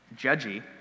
judgy